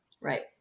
right